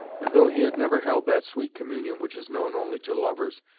and though he had never held that sweet communion which is known only to lovers,